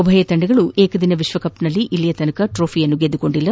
ಉಭಯ ತಂಡಗಳು ಏಕದಿನ ವಿಶ್ವಕಪ್ನಲ್ಲಿ ಇಲ್ಲಿಯ ತನಕ ಟ್ರೋಫಿಯನ್ನು ಗೆದ್ದಿಲ್ಲ